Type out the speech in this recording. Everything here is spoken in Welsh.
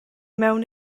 mewn